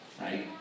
right